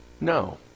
No